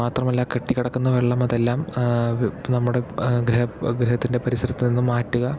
മാത്രമല്ല കെട്ടി കിടക്കുന്ന വെള്ളം അതെല്ലാം നമ്മുടെ ഗ്രഹ ഗ്രഹത്തിൻ്റെ പരിസരത്ത് നിന്ന് മാറ്റുക